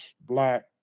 Black